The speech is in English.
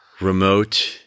remote